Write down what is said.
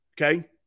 Okay